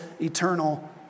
eternal